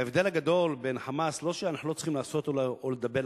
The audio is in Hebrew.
ההבדל הגדול בין "חמאס" לא שאנחנו לא צריכים לעשות או לדבר,